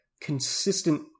consistent